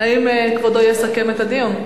האם כבודו יסכם את הדיון?